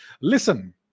Listen